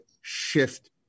shift